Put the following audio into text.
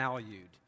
valued